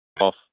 Off